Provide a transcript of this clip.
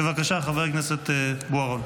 בבקשה, חבר הכנסת בוארון.